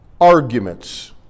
arguments